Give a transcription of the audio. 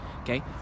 Okay